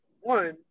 one